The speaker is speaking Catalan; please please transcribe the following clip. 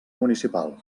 municipal